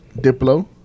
Diplo